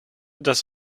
das